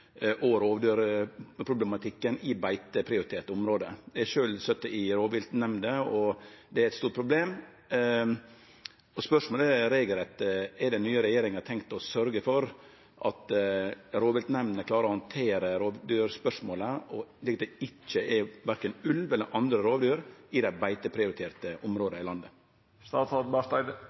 og rovdyrproblematikken i beiteprioriterte område. Eg har sjølv sete i rovviltnemnder, og det er eit stort problem. Spørsmålet er rett og slett: Har den nye regjeringa tenkt å sørgje for at rovviltnemndene klarer å handtere rovdyrspørsmålet, slik at det ikkje er verken ulv eller andre rovdyr i dei beiteprioriterte områda i